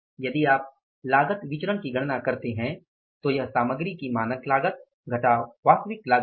यदि आप लागत विचरण की गणना करते हैं तो यह सामग्री की मानक लागत घटाव वास्तविक लागत है